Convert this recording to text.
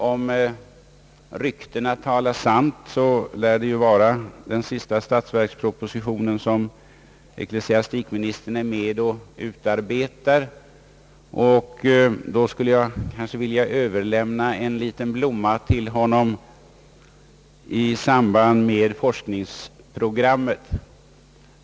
Om ryktena talar sant lär ju detta vara den sista statsverksproposition som ecklesiastikministern är med och utarbetar, och jag skulle vilja överlämna en liten blomma till honom med anledning av forskningsprogrammet.